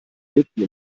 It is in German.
legten